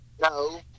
no